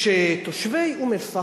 כשתושבי אום-אל-פחם,